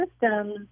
systems